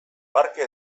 parke